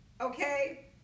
Okay